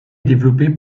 développé